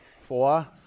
Four